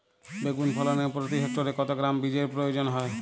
বেগুন ফলনে প্রতি হেক্টরে কত গ্রাম বীজের প্রয়োজন হয়?